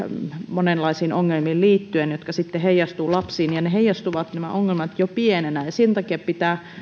monenlaisiin ongelmiin jotka sitten heijastuvat lapsiin nämä ongelmat heijastuvat jo pienenä ja sen takia pitää